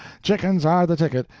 chickens are the ticket,